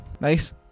Nice